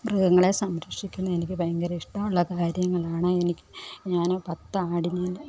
മൃഗങ്ങളെ സംരക്ഷിക്കുന്നത് എനിക്ക് ഭയങ്കര ഇഷ്ടമുള്ള കാര്യങ്ങളാണ് എനിക്ക് ഞാൻ പത്ത് ആടിനെയും